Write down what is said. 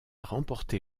remporté